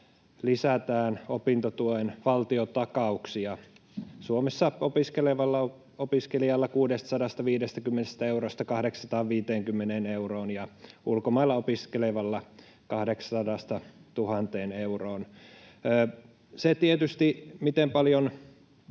lisätään opintotuen valtiontakauksia Suomessa opiskelevalla opiskelijalla 650 eurosta 850 euroon ja ulkomailla opiskelevalla 800:sta 1 000 euroon. Tietysti se, miten paljon